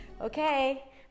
Okay